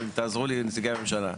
תעזרו לי, נציגי הממשלה.